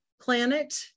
planet